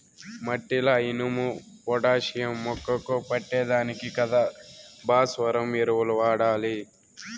మట్టిల ఇనుము, పొటాషియం మొక్కకు పట్టే దానికి కదా భాస్వరం ఎరువులు వాడాలి